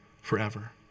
forever